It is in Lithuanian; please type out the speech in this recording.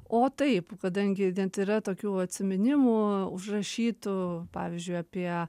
o taip kadangi net yra tokių atsiminimų užrašytų pavyzdžiui apie